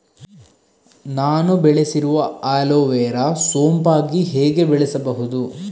ನಾನು ಬೆಳೆಸಿರುವ ಅಲೋವೆರಾ ಸೋಂಪಾಗಿ ಹೇಗೆ ಬೆಳೆಸಬಹುದು?